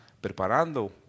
preparando